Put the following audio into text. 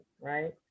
right